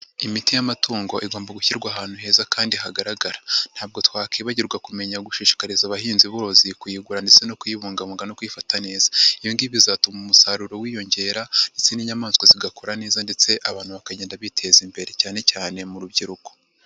imiti y'amatungo igomba gushyirwa ahantu heza kandi hagaragara, ntabwo twakwibagirwa kumenya gushishikariza abahinzi borozi kuyigura ndetse no kuyibungabunga no kwifata neza. Ibi ngibi bizatuma umusaruro wiyongera ndetse n'inyamaswa zigakura neza ndetse abantu bakagenda biteza imbere, cyane cyane mu rubyiruko.